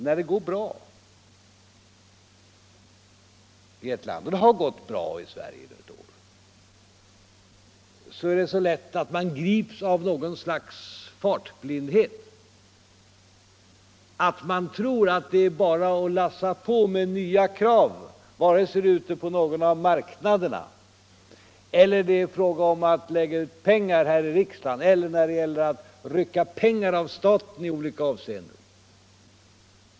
När det går bra i ett land — och det har gått bra i Sverige nu ett år — är det så lätt hänt att man grips av något slags fartblindhet, att man tror att det bara är att gå på med nya krav, vare sig det gäller någon av marknaderna eller det är fråga om att lägga ut pengar här i riksdagen, eller det gäller att rycka pengar av staten i olika avseenden.